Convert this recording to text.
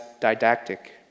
didactic